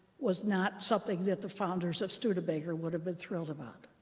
was not something that the founders of studebaker would have been thrilled about.